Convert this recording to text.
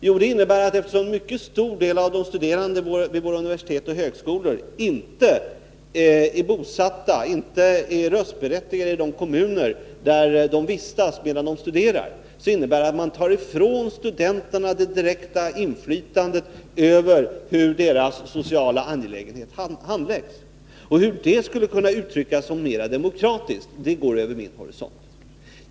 Jo, det innebär att eftersom en mycket stor del av de studerande vid våra universitet och högskolor inte är bosatta och röstberättigade i de kommuner där de vistas medan de studerar, tar man från dem det direkta inflytandet över hur deras sociala angelägenheter handläggs. Hur det skulle kunna uttryckas som mera demokratiskt går över min horisont.